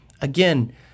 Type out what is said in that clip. Again